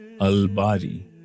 Al-Bari